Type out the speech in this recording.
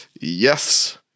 Yes